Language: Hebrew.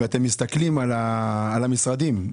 ומסתכלים על המשרדים,